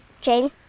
jane